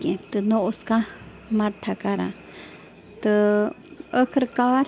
کیٚنٛہہ تہٕ نَہ اوس کانٛہہ مَدتھا کَران تہٕ ٲخٕر کار